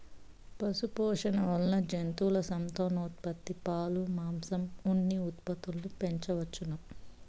పశుపోషణ వల్ల జంతువుల సంతానోత్పత్తి, పాలు, మాంసం, ఉన్ని ఉత్పత్తులను పెంచవచ్చును